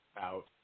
Out